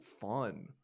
fun